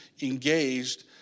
engaged